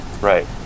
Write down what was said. Right